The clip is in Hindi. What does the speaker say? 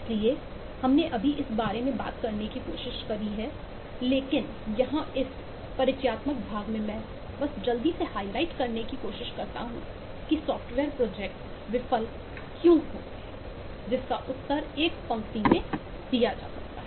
इसलिए हमने अभी इस बारे में बात करने की कोशिश की है लेकिन यहाँ इस परिचयात्मक भाग में मैं बस जल्दी से हाइलाइट करने की कोशिश करता हूँ कि सॉफ़्टवेयर प्रोजेक्ट विफल क्यों हैं जिसका उत्तर एक पंक्ति में दिया जा सकता है